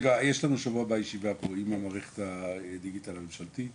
יש לנו בשבוע הבא ישיבה פה עם המערכת הדיגיטל הממשלתית,